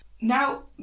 Now